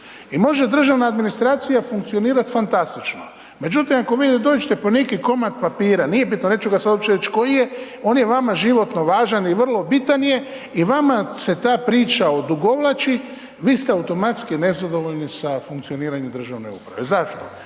I može državna administracija funkcionirat fantastično. Međutim, ako vi da dođete po neki komad papira, nije bitno, neću ga sad uopće reć koji je, on je vama životno važan i vrlo bitan je i vama se ta priča odugovlači, vi ste automatski nezadovoljni sa funkcioniranjem državne uprave. Zašto?